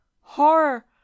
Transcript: Horror